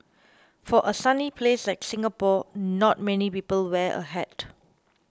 for a sunny place like Singapore not many people wear a hat